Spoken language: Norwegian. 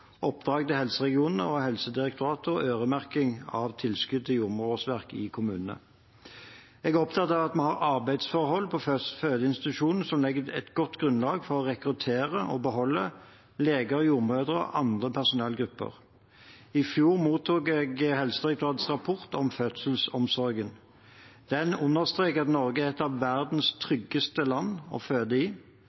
oppdrag til helseregionene og Helsedirektoratet og øremerking av tilskudd til jordmorårsverk i kommunene. Jeg er opptatt av at vi har arbeidsforhold på fødeinstitusjonene som legger et godt grunnlag for å rekruttere og beholde leger, jordmødre og andre personellgrupper. I fjor mottok jeg Helsedirektoratets rapport om fødselsomsorgen. Den understreker at Norge er et av verdens tryggeste land å føde i,